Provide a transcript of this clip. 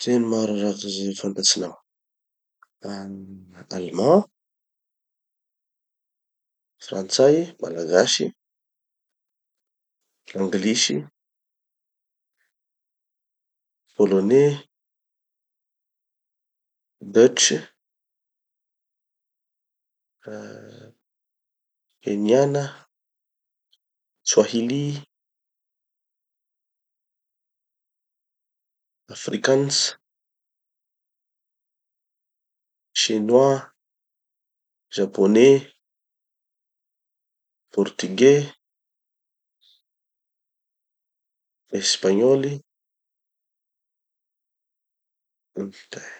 Fiteny maro araky ze fantatsinao. Ah allemand, frantsay, malagasy, anglisy, polonais, dutch, ah kenyana, swahili, afrikaans, chinois, japonais, portugais, espagnoly.